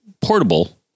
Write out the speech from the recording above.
portable